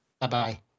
Bye-bye